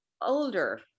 older